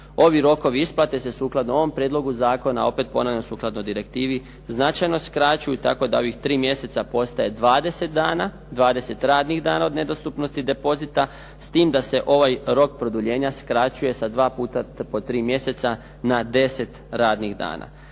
Ovi rokovi isplate se sukladno ovom Prijedlogu zakona, opet ponavljam sukladno direktivi značajno skraćuju tako da ovih 3 mjeseca postaje 20 radnih dana od nedostupnosti depozita s tim da se ovaj rok produljenja skraćuje sa 2 puta po 3 mjeseca na 10 radnih dana.